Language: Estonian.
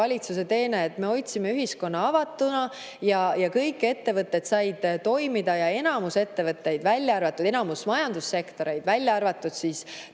valitsuse teene, sest me hoidsime ühiskonna avatuna ja kõik ettevõtted said toimida. Enamus ettevõtteid, enamus majandussektoreid, välja arvatud